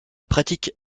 pratique